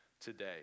today